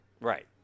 Right